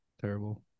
Terrible